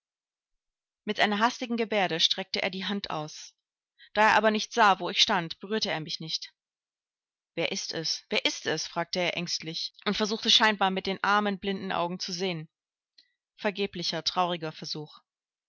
mit einer hastigen gebärde streckte er die hand aus da er aber nicht sah wo ich stand berührte er mich nicht wer ist es wer ist es fragte er ängstlich und versuchte scheinbar mit den armen blinden augen zu sehen vergeblicher trauriger versuch